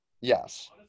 Yes